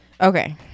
Okay